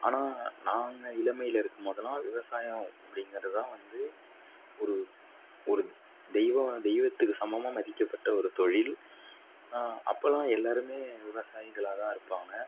ஆனால் நாங்கள் இளமையில் இருக்கும் போதெலாம் விவசாயம் அப்படிங்கிறது தான் வந்து ஒரு ஒரு தெய்வ தெய்வத்துக்கு சமமாக மதிக்கப்பட்ட ஒரு தொழில் அப்போல்லாம் எல்லோருமே விவசாயிகளாக தான் இருப்பாங்க